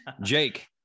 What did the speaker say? jake